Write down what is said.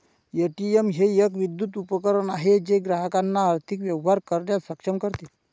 ATM हे एक विद्युत उपकरण आहे जे ग्राहकांना आर्थिक व्यवहार करण्यास सक्षम करते